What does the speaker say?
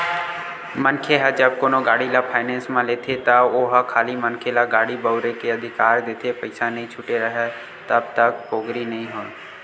मनखे ह जब कोनो गाड़ी ल फायनेंस म लेथे त ओहा खाली मनखे ल गाड़ी बउरे के अधिकार देथे पइसा नइ छूटे राहय तब तक पोगरी नइ होय